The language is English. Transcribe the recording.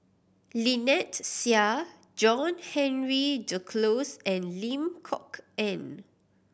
Lynnette Seah John Henry Duclos and Lim Kok Ann